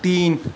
تین